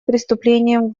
преступлениям